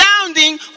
astounding